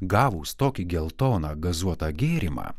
gavus tokį geltoną gazuotą gėrimą